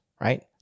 right